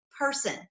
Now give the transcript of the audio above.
person